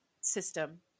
system